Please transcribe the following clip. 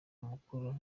amakuru